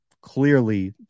clearly